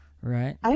right